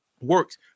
Works